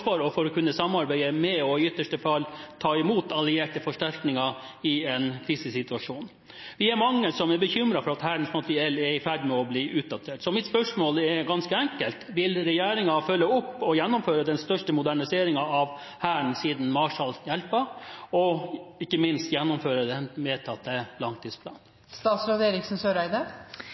forsvar og for å kunne samarbeide med, og i ytterste fall ta imot, allierte forsterkninger i en krisesituasjon. Vi er mange som er bekymret for at Hærens materiell er i ferd med å bli utdatert. Så mitt spørsmål er ganske enkelt: Vil regjeringen følge opp og gjennomføre den største moderniseringen av Hæren siden Marshall-hjelpen, og ikke minst gjennomføre den vedtatte langtidsplanen?